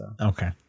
Okay